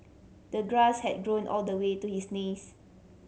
the grass had grown all the way to his knees